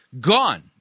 gone